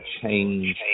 change